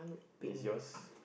is yours